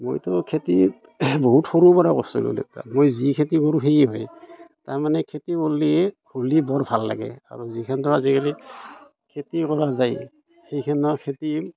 মইতো খেতিত বহুত সৰুৰ পৰা কৰিছোঁ তাত মই যি খেতি কৰোঁ সেয়ে হয় তাৰমানে খেতি কৰিলে কৰিলে বৰ ভাল লাগে আৰু যিখনটো আজিকালি খেতি কৰা যায় সেইখিনিও খেতি